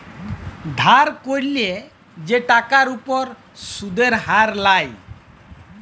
ধার ক্যইরলে যে টাকার উপর সুদের হার লায়